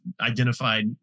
identified